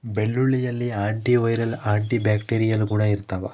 ಬೆಳ್ಳುಳ್ಳಿಯಲ್ಲಿ anti viral anti bacterial ಗುಣ ಇರ್ತಾವ